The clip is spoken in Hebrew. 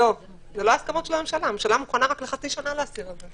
חברי הכנסת באים ואומרים: אנחנו רוצים לאפשר את החילוף הזה,